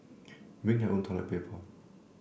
bring their own toilet paper